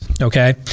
okay